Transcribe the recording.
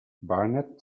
barnett